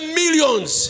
millions